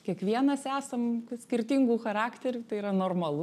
kiekvienas esam skirtingų charakterių tai yra normalu